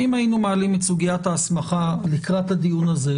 אם היינו מעלים את סוגיית ההסמכה לקראת הדיון הזה,